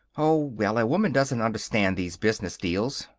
oh, well, a woman doesn't understand these business deals.